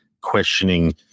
questioning